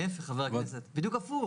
זאת הדוגמה.